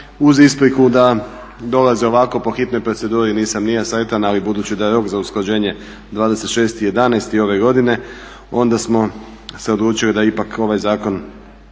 uz ispriku da dolaze ovako po hitnoj proceduri. Nisam ni ja sretan, ali budući da je rok za usklađenje 26.11. ove godine onda smo se odlučili da ipak ovaj zakon